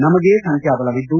ನಮಗೆ ಸಂಖ್ಯಾಬಲವಿದ್ದು